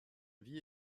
vie